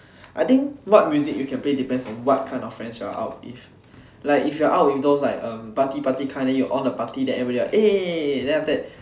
I think what music you can play depends on what kind of friends you are out with like if you are out with those like um party party kind then you on the party then everyone like eh then after that